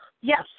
Yes